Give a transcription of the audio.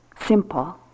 simple